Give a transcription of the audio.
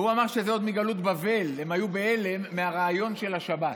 והוא אמר שעוד מגלות בבל הם היו בהלם מהרעיון של השבת.